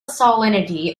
salinity